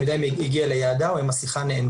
אני יודע אם היא הגיעה ליעדה או אם השיחה נענתה.